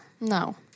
No